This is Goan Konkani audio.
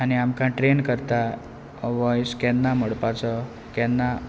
आनी आमकां ट्रेन करता हो वॉयस केन्ना म्हणपाचो केन्ना